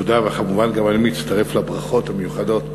תודה, וכמובן גם אני מצטרף לברכות המיוחדות.